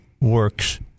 works